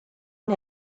him